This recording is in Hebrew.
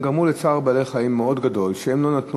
הם גרמו לצער בעלי-חיים מאוד גדול כשהם לא נתנו